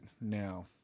now